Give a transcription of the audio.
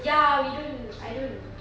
ya we don't I don't